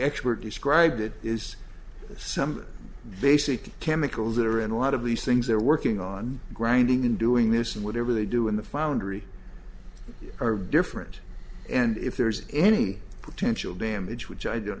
expert described it is some basic chemicals that are in a lot of these things they're working on grinding and doing this and whatever they do in the foundry are different and if there's any potential damage which i do